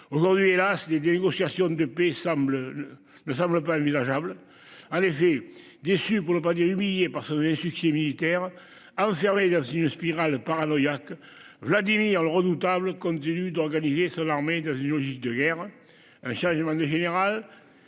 Aujourd'hui hélas des des négociations de paix semble. Ne semble pas envisageable à. Déçu pour ne pas dire humilié par son insuccès militaires. Enfermé dans une spirale paranoïaque Vladimir le redoutable continue d'organiser son armée dans une logique de guerre. Un changement de général.